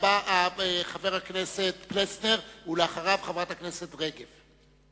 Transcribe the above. הבא, חבר הכנסת פלסנר, ואחריו, חברת הכנסת רגב.